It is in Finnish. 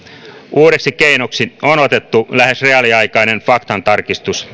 uudeksi keinoksi on otettu lähes reaaliaikainen faktantarkistus